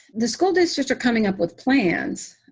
the school districts are coming up with plans,